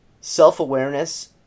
self-awareness